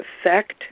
effect